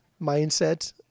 mindset